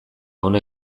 hona